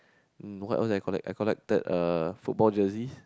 um what else did I collect I collected uh football jerseys